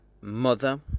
Mother